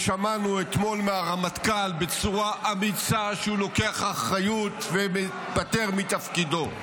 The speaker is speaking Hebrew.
שמענו אתמול מהרמטכ"ל בצורה אמיצה שהוא לוקח אחריות ומתפטר מתפקידו.